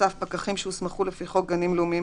נוסף פקחים שהוסמכו לפי חוק גנים לאומיים,